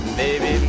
baby